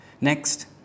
Next